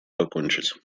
покончить